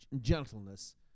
gentleness